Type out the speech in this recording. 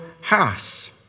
house